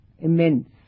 immense